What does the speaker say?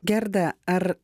gerda ar